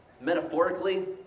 metaphorically